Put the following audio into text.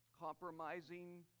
Compromising